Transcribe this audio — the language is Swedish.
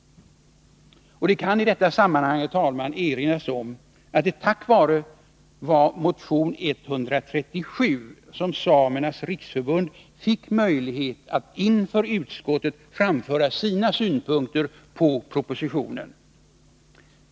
Det kan i detta sammanhang erinras om att det var tack vare motion 137 som Svenska samernas riksförbund fick möjlighet att inför utskottet framföra sina synpunkter på propositionen.